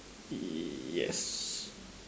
yes